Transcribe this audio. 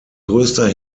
größter